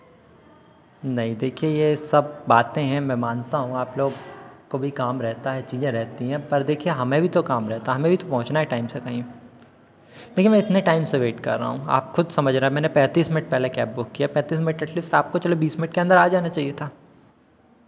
नहीं देखिए ये सब बातें हैं मैं मानता हूँ आपलोग को भी काम रहता है चीज़ें रहती हैं पर देखिए हमें भी तो काम रहता है हमें भी तो पहुँचना है टाइम से कहीं देखिए मैं इतने टाइम से वेट कर रहा हूँ आप खुद समझ रहे हैं मैंने पैंतीस मिनट पहले कैब बुक किया पैंतीस मिनट एटलीस्ट चलो बीस मिनट के अंदर आ जाना चाहिए था